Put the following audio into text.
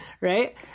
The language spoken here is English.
right